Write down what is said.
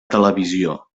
televisió